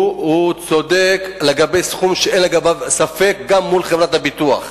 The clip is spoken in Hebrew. הוא צודק לגבי הסכום שאין לגביו ספק גם מול חברת הביטוח.